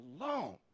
alone